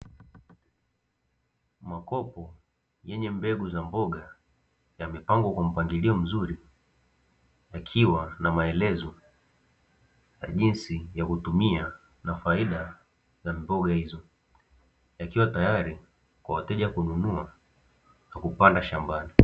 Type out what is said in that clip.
Makopo yenye mbegu za mboga yamepangwa kwa mpangilio mzuri, yakiwa na maelezo ya jinsi ya kutumia na faida za mboga hizo, yakiwa tayari kwa wateja kununua na kupanda shambani.